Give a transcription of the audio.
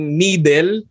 needle